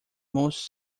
most